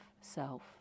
self